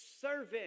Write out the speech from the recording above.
servant